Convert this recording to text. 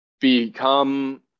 become